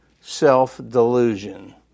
self-delusion